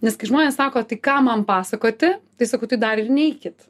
nes kai žmonės sako tai ką man pasakoti tai sakau tai dar ir neikit